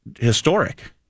historic